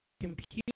computer